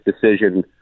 decision